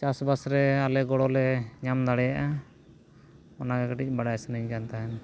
ᱪᱟᱥᱵᱟᱥ ᱨᱮ ᱟᱞᱮ ᱜᱚᱲᱚᱞᱮ ᱧᱟᱢ ᱫᱟᱲᱮᱭᱟᱜᱼᱟ ᱚᱱᱟᱜᱮ ᱠᱟᱹᱴᱤᱡ ᱵᱟᱲᱟᱭ ᱥᱟᱱᱟᱧ ᱠᱟᱱ ᱛᱟᱦᱮᱸᱫ